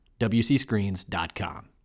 WCScreens.com